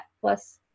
Plus